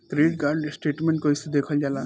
Credit card statement कइसे देखल जाला?